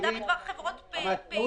מידע בדבר חברות לא פעילות.